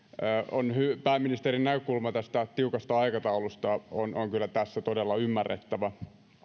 ja pääministerin näkökulma tästä tiukasta aikataulusta on kyllä tässä todella ymmärrettävä